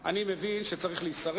אני לא מצליחה להבין.